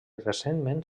recentment